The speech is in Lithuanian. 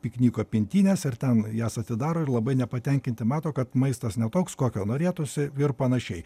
pikniko pintines ir ten jas atidaro ir labai nepatenkinti mato kad maistas ne toks kokio norėtųsi ir panašiai